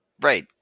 right